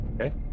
Okay